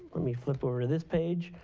let me flip over to this page.